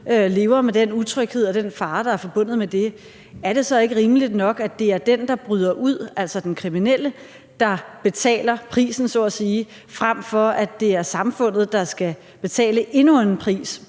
lever med den utryghed og med den fare, der er forbundet med det, er det så ikke rimeligt nok, at det er den, der bryder ud, altså den kriminelle, der så at sige betaler prisen, frem for at det er samfundet, der skal betale endnu en pris,